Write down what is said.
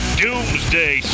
doomsday